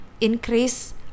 increase